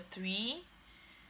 three